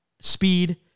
speed